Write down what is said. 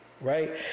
right